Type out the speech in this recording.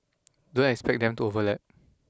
don't expect them to overlap